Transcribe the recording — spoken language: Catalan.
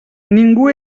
ningú